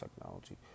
technology